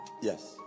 Yes